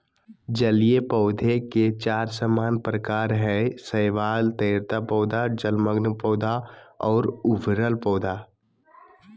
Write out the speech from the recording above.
जलीय पौधे के चार सामान्य प्रकार हइ शैवाल, तैरता पौधा, जलमग्न पौधा और उभरल पौधा